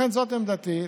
זאת עמדתי,